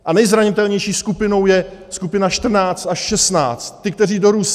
A nejzranitelnější skupinou je skupina 14 až 16, ti, kteří dorůstají.